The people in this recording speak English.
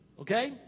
Okay